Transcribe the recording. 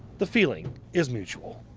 the feeling is mutual.